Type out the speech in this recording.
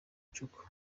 gicuku